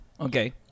Okay